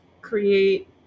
create